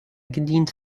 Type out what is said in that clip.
gedient